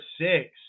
six